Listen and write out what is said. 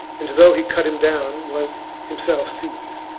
and though he cut him down, was himself seized.